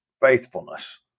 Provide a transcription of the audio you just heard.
faithfulness